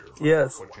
Yes